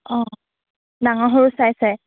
অঁ ডাঙৰ সৰু চাই চাই